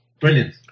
Brilliant